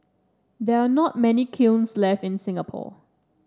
there are not many kilns left in Singapore